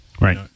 Right